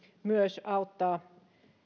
myös auttaa